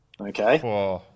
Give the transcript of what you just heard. okay